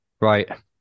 Right